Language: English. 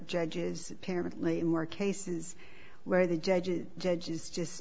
judges apparently in more cases where the judges judge is just